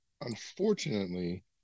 unfortunately